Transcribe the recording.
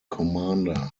commander